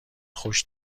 خوش